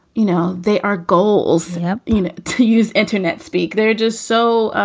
you know, they are goals yeah you know to use internet speak. they're just so